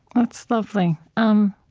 that's lovely. um